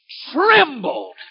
trembled